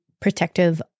protective